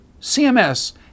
CMS